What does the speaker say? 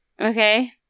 okay